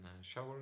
shower